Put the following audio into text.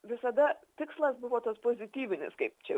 visada tikslas buvo toks pozityvinis kaip čia